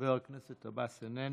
חבר הכנסת עבאס, איננו,